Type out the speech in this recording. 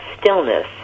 stillness